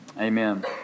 Amen